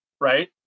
right